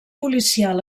policial